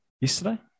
yesterday